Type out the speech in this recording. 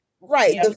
Right